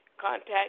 contact